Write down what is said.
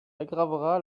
aggravera